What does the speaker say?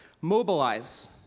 Mobilize